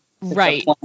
right